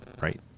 right